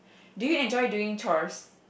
do you enjoy doing chores